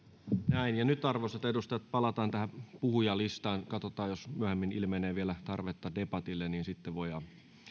näin ja nyt arvoisat edustajat palataan tähän puhujalistaan katsotaan jos myöhemmin ilmenee vielä tarvetta debatille sitten voidaan